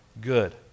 good